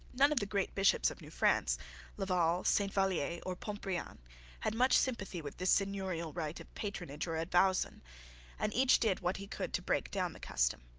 none of the great bishops of new france laval, st vallier, or pontbriand had much sympathy with this seigneurial right of patronage or advowson, and each did what he could to break down the custom.